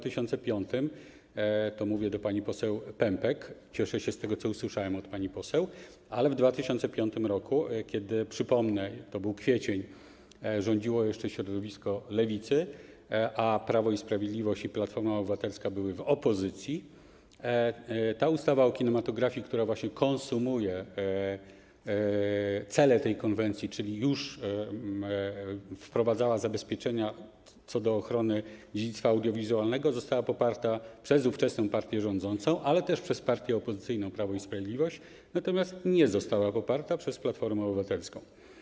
To mówię do pani poseł Pępek: cieszę się z tego, co usłyszałem od pani poseł, ale w 2005 r., kiedy, przypomnę, to był kwiecień, rządziło jeszcze środowisko Lewicy, a Prawo i Sprawiedliwość i Platforma Obywatelska były w opozycji, ta ustawa o kinematografii, która właśnie konsumuje cele tej konwencji, czyli już wprowadzała zabezpieczenia co do ochrony dziedzictwa audiowizualnego, została poparta przez ówczesną partię rządzącą, ale też przez partię opozycyjną Prawo i Sprawiedliwość, natomiast nie została poparta przez Platformę Obywatelską.